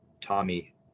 Tommy